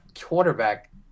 quarterback